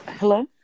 hello